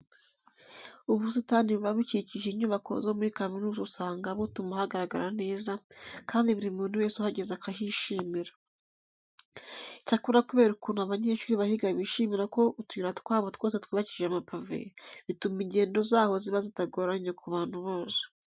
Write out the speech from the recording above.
Ubusitani buba bukikije inyubako zo muri kaminuza usanga butuma hagaragara neza kandi buri muntu wese uhageze akahishimira. Icyakora kubera ukuntu abanyeshuri bahiga bishimira ko utuyira twaho twose twubakishije amapave, bituma ingendo zaho ziba zitagoranye ku bantu bose.